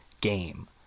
game